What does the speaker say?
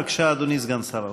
בבקשה, אדוני סגן שר האוצר.